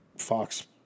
fox